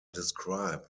described